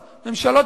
ממשלות,